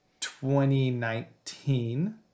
2019